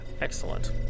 Excellent